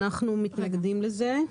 אנחנו מתנגדים לזה.